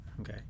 Okay